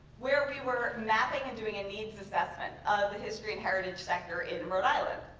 where we were mapping and doing a needs assessment of the history and heritage sector in rhode island.